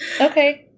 Okay